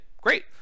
great